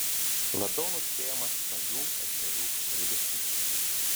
labiau nuspėjamas stambių ešerių elgesys